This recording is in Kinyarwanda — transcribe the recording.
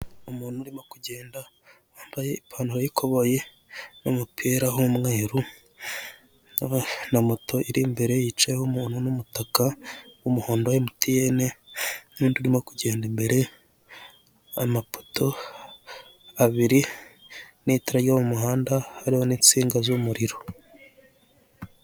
Abagabo babiri bambaye imyenda y'imikara bigaragara ko ari imyambaro ya polisi, bahagaze iruhande rw'inzu ntoya mu marembo y'ikigo cya polisi ishami rya Remera.